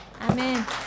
Amen